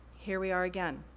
here we are again,